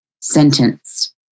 sentence